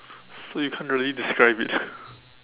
so you can't really describe it